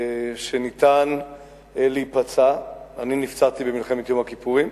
שאפשר להיפצע, אני נפצעתי במלחמת יום הכיפורים,